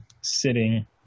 sitting